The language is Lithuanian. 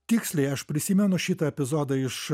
tiksliai aš prisimenu šitą epizodą iš